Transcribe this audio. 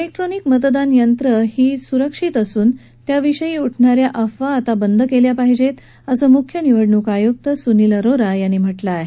electronic मतदान यंत्रे ही सुरक्षित असून त्याविषयी उठणा या अफावा आता बंद केल्या पाहिजेत असं मुख्य निवडणूक आयुक्त सुनील अरोरा यांनी म्हटलं आहे